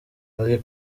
hari